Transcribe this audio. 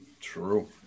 True